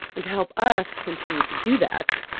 and to help us continue to do that,